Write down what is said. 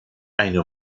eine